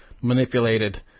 manipulated